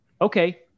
okay